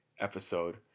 episode